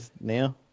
now